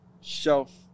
shelf-